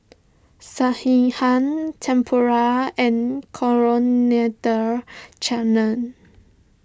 Sekihan Tempura and Coriander Chutney